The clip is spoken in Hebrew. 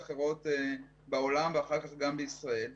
דולר אחד במניעה חוסך אחר כך 16 דולר בטיפול.